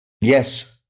Yes